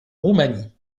roumanie